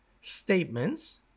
statements